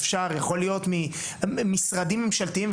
יכול להיות ממשרדים ממשלתיים,